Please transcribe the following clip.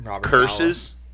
curses